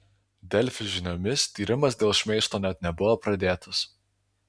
delfi žiniomis tyrimas dėl šmeižto net nebuvo pradėtas